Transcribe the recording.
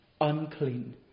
unclean